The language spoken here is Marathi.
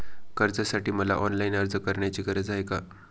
कर्जासाठी मला ऑनलाईन अर्ज करण्याची गरज आहे का?